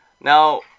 Now